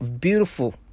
beautiful